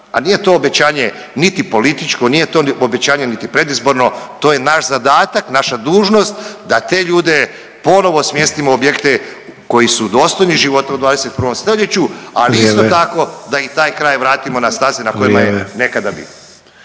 a nije to obećanje niti političko, nije to obećanje niti predizborno, to je naš zadatak, naša dužnost da te ljude ponovo smjestimo u objekte koji su dostojni život u 21. stoljeću, ali isto tako …/Upadica: Vrijeme./… da im taj kraj vratimo na staze na kojima …/Upadica: